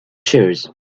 chairs